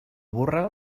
burra